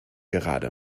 gerade